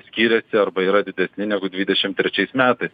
skirias arba yra didesni negu dvidešimt trečiais metais